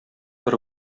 бер